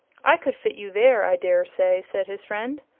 i could fit you there, i daresay, said his friend.